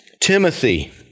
Timothy